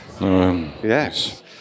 Yes